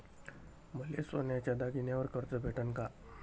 मले सोन्याच्या दागिन्यावर कर्ज भेटन का?